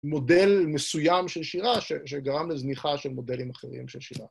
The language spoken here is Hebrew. מודל מסוים של שירה שגרם לזניחה של מודלים אחרים של שירה.